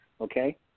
okay